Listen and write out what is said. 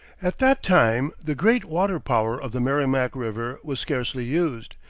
at that time the great water-power of the merrimac river was scarcely used,